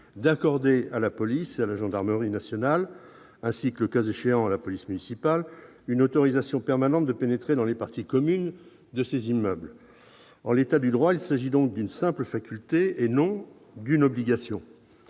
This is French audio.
d'accorder à la police et à la gendarmerie nationales, voire, le cas échéant, à la police municipale, une autorisation permanente de pénétrer dans les parties communes de ces immeubles. En l'état du droit, il s'agit donc d'une simple faculté, et non d'une obligation.